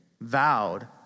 vowed